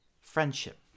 friendship